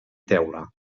teula